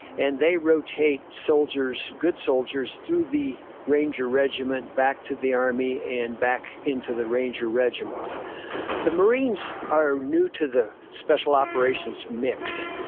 and they rotate soldiers, good soldiers through the ranger regiment, back to the army and back into the ranger regiment the marines are new to the special operations mix.